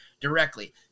directly